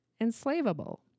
enslavable